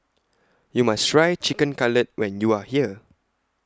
YOU must Try Chicken Cutlet when YOU Are here